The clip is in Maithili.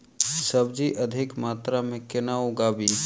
सब्जी अधिक मात्रा मे केना उगाबी?